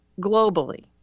globally